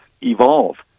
evolve